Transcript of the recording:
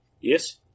Yes